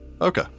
okay